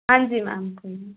ਹਾਂਜੀ ਮੈਮ ਕੋਈ ਨਾ